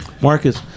Marcus